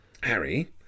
Harry